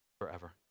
forever